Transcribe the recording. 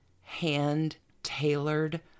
hand-tailored